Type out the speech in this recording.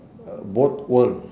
uh both world